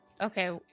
Okay